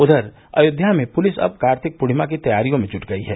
उधर अयोध्या में पुलिस अब कार्तिक पूर्णिमा की तैयारियों में जुट गई है